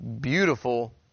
beautiful